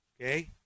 okay